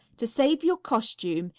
to save your costume,